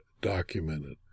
documented